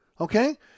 Okay